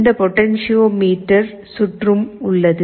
இந்த பொட்டென்சியோமீட்டர் சுற்றும் உள்ளது